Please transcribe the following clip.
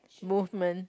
movement